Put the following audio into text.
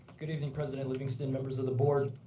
good evening, president livingston, members of the board,